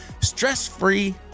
stress-free